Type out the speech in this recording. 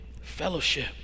fellowship